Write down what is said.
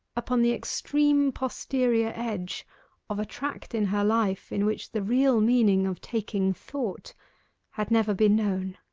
upon the extreme posterior edge of a tract in her life, in which the real meaning of taking thought had never been known.